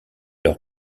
leur